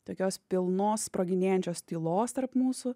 tokios pilnos sproginėjančios tylos tarp mūsų